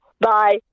Bye